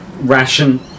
ration